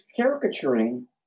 caricaturing